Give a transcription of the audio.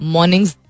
Mornings